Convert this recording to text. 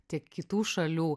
tiek kitų šalių